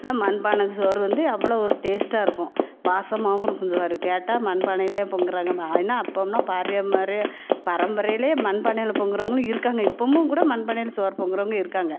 ஆனால் மண்பானை சோறு வந்து அவ்வளோ ஒரு டேஸ்ட்டாக இருக்கும் வாசமாவும் இருக்கும் சோறு கேட்டா மண்பானையிலையே பொங்கிறாங்க ஏன்னா அப்போம்னா பாரம்பரிய பரம்பரையிலையே மண்பானையில பொங்குகிறவங்களும் இருக்காங்க இப்போவும் கூட மண்பானையில் சோறு பொங்குகிறவங்க இருக்காங்க